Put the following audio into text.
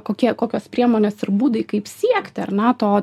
kokie kokios priemonės ir būdai kaip siekti ar ne tos